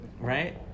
Right